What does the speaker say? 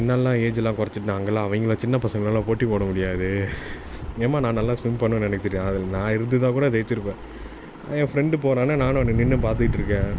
என்னாலெலாம் ஏஜெலாம் குறச்சிட்டு நான் அங்கெலாம் அவங்கலாம் சின்ன பசங்களெல்லாம் போட்டி போட முடியாது ஏம்மா நான் நல்லா ஸ்விம் பண்ணுவேன்னு எனக்கு தெரியும் அதில் நான் இருந்திருந்தாக் கூட ஜெயிச்சுருப்பேன் என் ஃப்ரெண்டு போகிறான்னு நானும் அங்கே நின்று பார்த்துட்ருக்கேன்